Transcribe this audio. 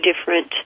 different